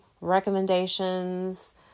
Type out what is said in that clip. recommendations